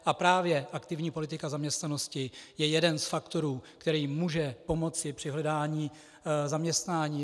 A právě aktivní politika zaměstnanosti je jeden z faktorů, který může pomoci při hledání zaměstnání.